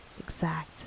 exact